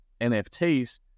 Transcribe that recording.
nfts